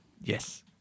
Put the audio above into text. Yes